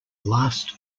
last